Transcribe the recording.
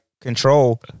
Control